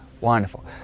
Wonderful